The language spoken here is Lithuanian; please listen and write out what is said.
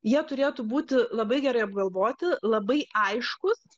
jie turėtų būti labai gerai apgalvoti labai aiškūs